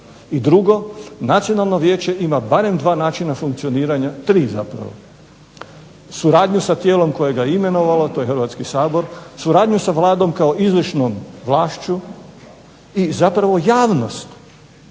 I drugo, Nacionalno vijeće ima barem 2 načina funkcioniranja, 3 zapravo. Suradnju sa tijelom koje ga je imenovalo to je Hrvatski sabor, suradnju sa Vladom kao izvršnom vlašću i zapravo javnost.